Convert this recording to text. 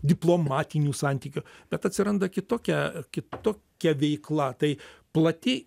diplomatinių santykių bet atsiranda kitokia kitokia veikla tai plati